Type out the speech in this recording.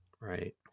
Right